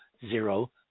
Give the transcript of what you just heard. zero